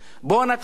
בוא נתחיל,